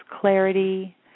clarity